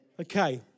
Okay